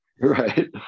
Right